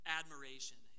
admiration